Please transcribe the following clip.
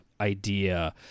idea